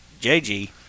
JG